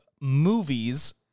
movies